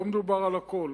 לא מדובר על הכול.